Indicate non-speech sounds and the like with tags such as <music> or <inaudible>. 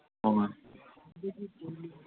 <unintelligible>